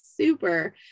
super